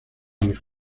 los